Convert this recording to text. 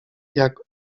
jak